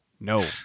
No